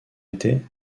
était